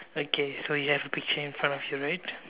okay so you have the picture in front of you right